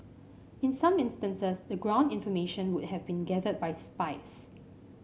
in some instances the ground information would have been gathered by spies